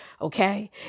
Okay